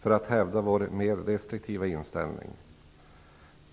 för att hävda vår mer restriktiva inställning - även om vi är medvetna om att det föreligger en konflikt i fråga om vad vi har att vänta framöver.